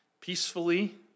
peacefully